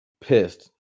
pissed